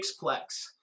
sixplex